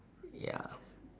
ya